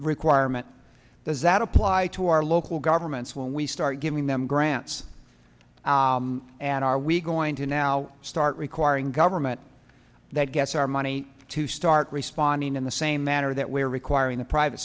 requirement does that apply to our local governments when we start giving them grants and are we going to now start require government that gets our money to start responding in the same manner that we're requiring the private